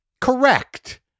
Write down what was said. correct